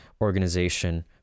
organization